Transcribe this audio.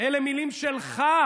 אלו מילים שלך,